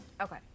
Okay